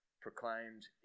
proclaimed